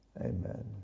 Amen